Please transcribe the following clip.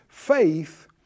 Faith